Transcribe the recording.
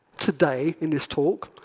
today, in this talk,